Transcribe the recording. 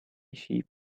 sheep